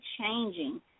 changing